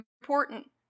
important